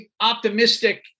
optimistic